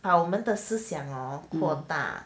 把我们的思想 hor 扩大